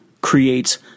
creates